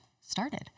started